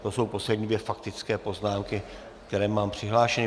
To jsou poslední dvě faktické poznámky, které mám přihlášeny.